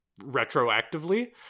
retroactively